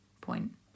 point